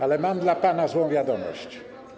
Ale mam dla pana złą wiadomość.